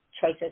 choices